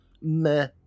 meh